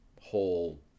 whole